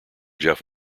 jeff